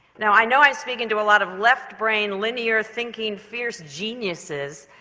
now i know i'm speaking to a lot of left-brain linear-thinking fierce geniuses,